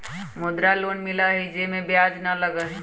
मुद्रा लोन मिलहई जे में ब्याज न लगहई?